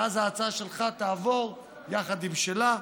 ואז ההצעה שלך תעבור יחד עם שלה.